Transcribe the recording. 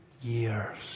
years